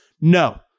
No